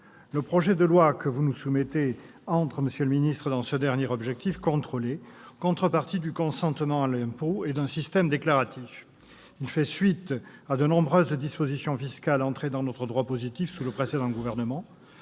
Le projet de loi que vous nous soumettez, monsieur le ministre, entre dans ce dernier objectif : contrôler, contrepartie du consentement à l'impôt et d'un système déclaratif. Il fait suite à de nombreuses dispositions fiscales entrées dans notre droit positif sous le précédent gouvernement.